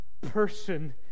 person